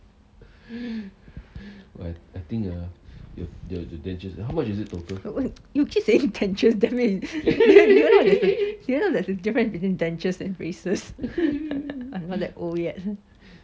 you keep saying dentures damn it they they are not they are not you know there is a difference between dentures and braces I'm not that old yet